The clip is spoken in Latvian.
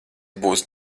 būs